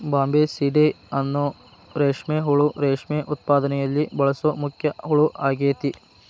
Bombycidae ಅನ್ನೋ ರೇಷ್ಮೆ ಹುಳು ರೇಷ್ಮೆ ಉತ್ಪಾದನೆಯಲ್ಲಿ ಬಳಸೋ ಮುಖ್ಯ ಹುಳ ಆಗೇತಿ